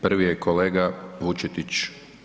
Prvi je kolega Vučetić.